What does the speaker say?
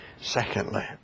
Secondly